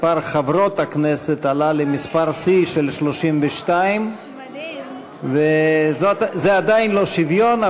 מספר חברות הכנסת עלה למספר שיא של 32. זה עדיין לא שוויון,